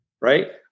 Right